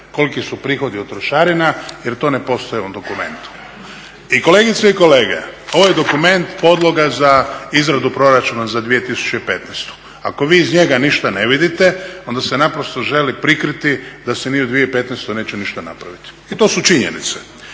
koliki su prihodi od trošarina jer to ne postoji u ovom dokumentu. I kolegice i kolege, ovo je dokument podloga za izradu proračuna za 2015. Ako vi iz njega ništa ne vidite onda se naprosto želi prikriti da se ni u 2015.neće ništa napraviti. I to su činjenice.